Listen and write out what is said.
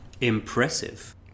Impressive